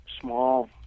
small